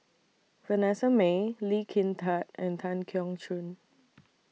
Vanessa Mae Lee Kin Tat and Tan Keong Choon